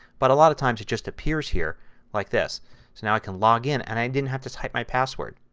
but a lot of times it just appears here like this. so now i can log in and i didn't have to type my password.